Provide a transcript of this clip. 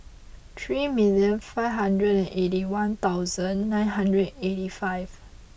three million five hundred and eight one thousand nine hundred eighty five